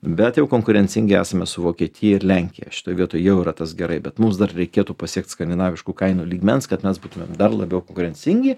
bet jau konkurencingi esame su vokietija ir lenkija šitoj vietoj jau yra tas gerai bet mums dar reikėtų pasiekt skandinaviškų kainų lygmens kad mes būtumėm dar labiau konkurencingi